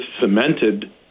cemented